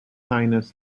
highness